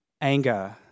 Anger